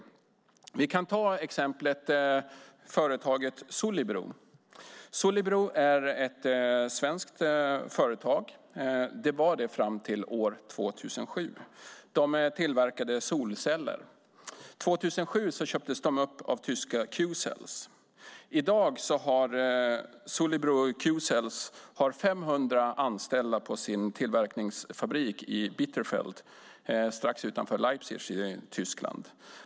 Jag kan ta företaget Solibro som exempel. Solibro var ett svenskt företag fram till år 2007. De tillverkade solceller. År 2007 köptes de upp av tyska Q-Cells. I dag har Q-Cells 500 anställda på sin tillverkningsfabrik i Bitterfeld strax utanför Leipzig i Tyskland.